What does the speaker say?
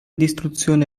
distruzione